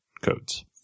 codes